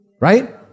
Right